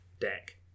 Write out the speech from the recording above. deck